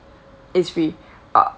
is free uh